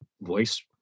voice